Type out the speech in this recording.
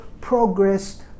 progress